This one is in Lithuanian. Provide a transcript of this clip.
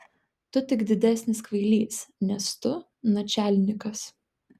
tu tik didesnis kvailys nes tu načialnikas